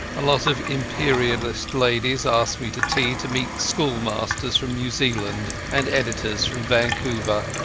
a lot of imperialist ladies asked me to tea to meet schoolmasters from new zealand and editors from vancouver,